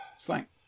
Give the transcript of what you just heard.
Thanks